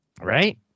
Right